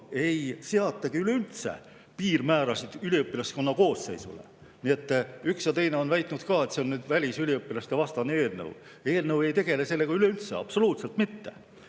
ei seatagi piirmäärasid üliõpilaskonna koosseisule. Üks ja teine on väitnud ka, et see on välisüliõpilastevastane eelnõu. Eelnõu ei tegele sellega üleüldse, absoluutselt mitte!